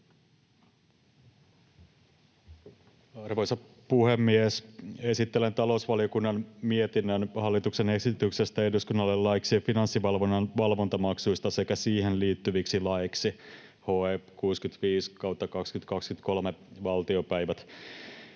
Arvoisa puhemies! Esittelen talousvaliokunnan mietinnön hallituksen esityksestä eduskunnalle laiksi Finanssivalvonnan valvontamaksuista sekä siihen liittyviksi laeiksi HE 65/2023 vp.